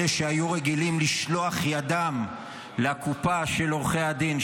אלה שהיו רגילים לשלוח ידם לקופה של עורכי הדין,